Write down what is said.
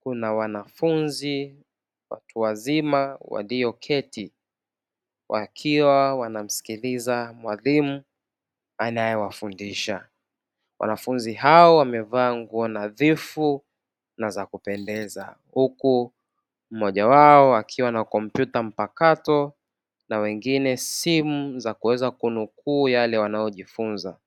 kuna wanafunzi watu wazima walioketi wakiwa wanamusikiliza mwalimu anayewafundisha. Wanafunzi hao wamevaa nguo nadhifu na za kupendeza huku mmoja wao akiwa na kompyuta mpakato na wengine simu za kuweza kunukuu yale wanayojifunza.